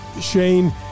shane